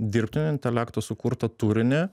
dirbtinio intelekto sukurtą turinį